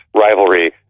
Rivalry